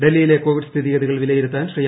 ഡൽഹിയിലെ കോവിഡ് സ്ഥിതിഗതികൾ വിലയിരുത്താൻ ശ്രീ